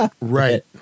Right